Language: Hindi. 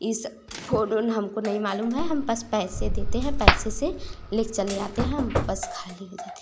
इस फोन ओन हमको नहीं मालूम है हम बस पैसे देते हैं पैसे से ले कर चले आते हैं हम बस खाली हो जाते हैं